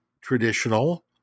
traditional